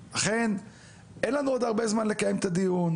אכן אין לנו עוד הרבה זמן לקיים את הדיון.